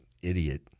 idiot